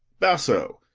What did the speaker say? basso,